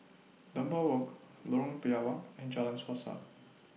Dunbar Walk Lorong Biawak and Jalan Suasa